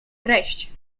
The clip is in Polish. treść